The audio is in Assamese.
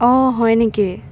অঁ হয় নেকি